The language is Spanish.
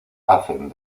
hacen